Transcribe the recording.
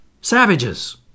Savages